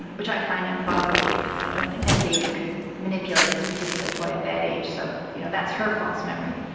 and which i find implausible because i don't think any baby could manipulate this particular toy at this age so you know that's her false memory.